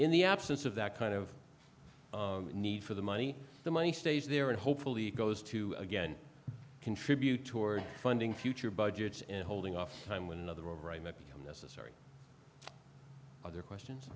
in the absence of that kind of need for the money the money stays there and hopefully goes to again contribute toward funding future budgets and holding off time when another right might become necessary other questions